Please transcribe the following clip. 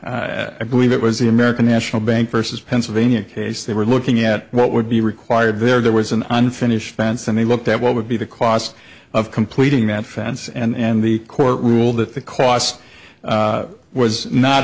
in i believe it was the american national bank versus pennsylvania case they were looking at what would be required there was an unfinished fence and they looked at what would be the cost of completing that fence and the court ruled that the cost was not